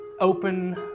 open